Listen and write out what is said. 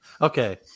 Okay